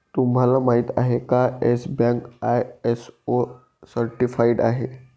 तुम्हाला माहिती आहे का, येस बँक आय.एस.ओ सर्टिफाइड आहे